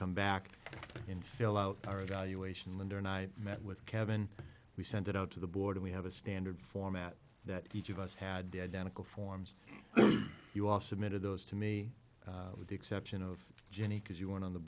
come back and fill out our evaluation linder and i met with kevin we sent it out to the board we have a standard format that each of us had the identical forms you all submitted those to me with the exception of jenny because you want on the